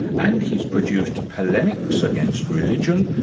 and he's produced polemics against religion,